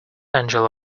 angela